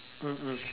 mm mm